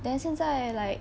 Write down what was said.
then 现在 like